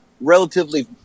relatively